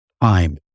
time